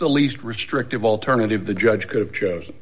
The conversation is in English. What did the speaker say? the least restrictive alternative the judge could have chose